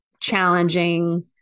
challenging